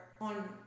on